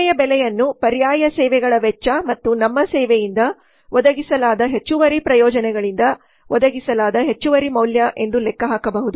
ಸೇವೆಯ ಬೆಲೆಯನ್ನು ಪರ್ಯಾಯ ಸೇವೆಗಳ ವೆಚ್ಚ ಮತ್ತು ನಮ್ಮ ಸೇವೆಯಿಂದ ಒದಗಿಸಲಾದ ಹೆಚ್ಚುವರಿ ಪ್ರಯೋಜನಗಳಿಂದ ಒದಗಿಸಲಾದ ಹೆಚ್ಚುವರಿ ಮೌಲ್ಯ ಎಂದು ಲೆಕ್ಕಹಾಕಬಹುದು